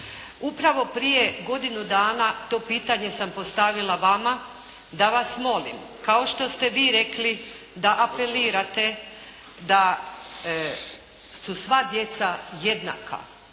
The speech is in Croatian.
Upravo prije godinu dana to pitanje sam postavila vama da vas molim kao što ste vi rekli da apelirate da su sva djeca jednaka.